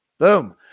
Boom